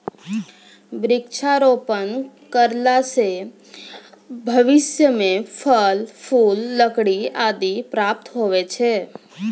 वृक्षारोपण करला से भविष्य मे फल, फूल, लकड़ी आदि प्राप्त हुवै छै